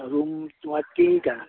room তোমাৰ তিনিটা